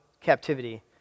captivity